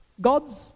god's